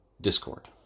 Discord